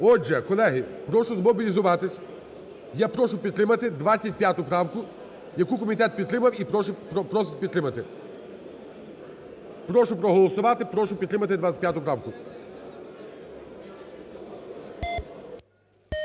Отже, колеги, прошу змобілізуватись, я прошу підтримати 25 правку, яку комітет підтримав і просить підтримати. Прошу проголосувати, прошу підтримати 25 правку.